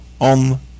on